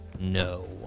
no